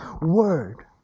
word